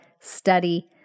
Study